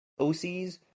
OCs